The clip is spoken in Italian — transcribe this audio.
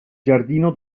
giardino